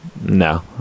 No